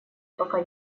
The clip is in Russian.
пока